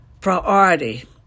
priority